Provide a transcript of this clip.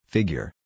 Figure